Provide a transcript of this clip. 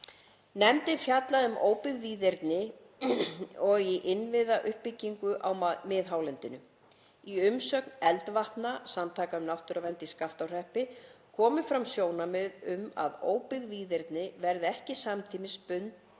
Nefndin fjallaði um óbyggð víðerni og innviðauppbyggingu á miðhálendinu. Í umsögn Eldvatna – samtaka um náttúruvernd í Skaftárhreppi komu fram sjónarmið um að óbyggð víðerni verði ekki samtímis